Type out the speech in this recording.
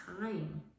time